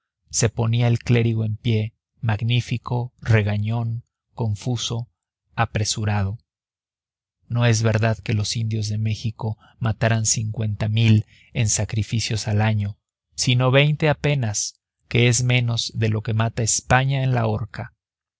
se ponía el clérigo en pie magnífico regañón confuso apresurado no es verdad que los indios de méxico mataran cincuenta mil en sacrificios al año sino veinte apenas que es menos de lo que mata españa en la horca